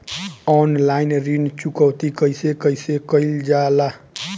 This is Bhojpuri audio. ऑनलाइन ऋण चुकौती कइसे कइसे कइल जाला?